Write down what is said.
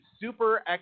Super